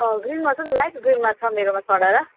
ग्रिनमा छ त लाइट ग्रिनमा छ मेरोमा सरर